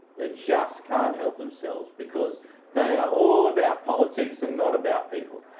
ah just can't help themselves. because they are all about politics and not about people.